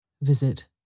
Visit